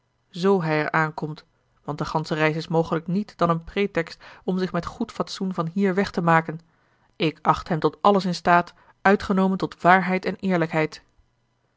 z hij er aankomt want de gansche reis is mogelijk niet dan een pretext om zich met goed fatsoen van hier weg te maken ik acht hem tot alles in staat uitgenomen tot waarheid en eerlijkheid